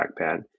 trackpad